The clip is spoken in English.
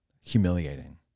humiliating